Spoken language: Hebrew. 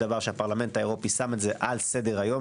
שהפרלמנט האירופי שם את זה על סדר-היום